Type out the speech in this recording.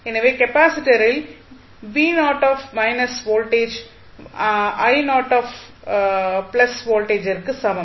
எனவே கெப்பாசிட்டரில் வோல்டேஜ் வோல்டேஜிற்கு சமம்